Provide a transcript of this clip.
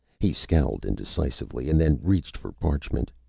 he scowled indecisively, and then reached for parchment.